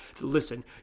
listen